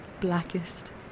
blackest